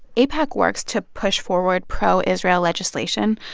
aipac works to push forward pro-israel legislation.